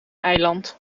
eiland